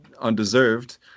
undeserved